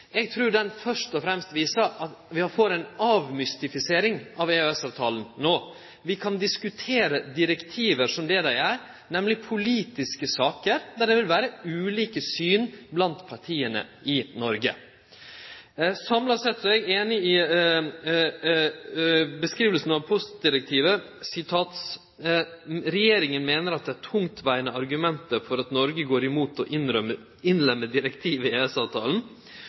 trur han først og fremst viser at vi får ei avmystifisering av EØS-avtalen no. Vi kan diskutere direktiv som det dei er, nemleg politiske saker der det vil vere ulike syn blant partia i Noreg. Samla sett er eg einig i beskrivinga av postdirektivet: «Samlet sett mener regjeringen at det er tungtveiende argumenter for at Norge går imot å innlemme direktivet i